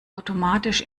automatisch